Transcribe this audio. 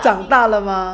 长大了吗